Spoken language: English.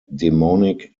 demonic